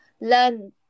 Learn